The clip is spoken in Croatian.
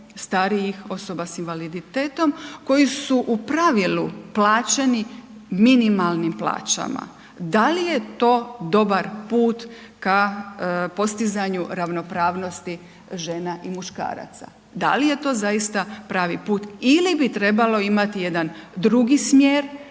starijih osoba s invaliditetom koji su u pravilu plaćeni minimalnim plaćama, da li je to dobar put ka postizanju ravnopravnosti žena i muškaraca? Da li je to zaista pravi put ili bi trebalo imati jedan drugi smjer